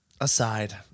aside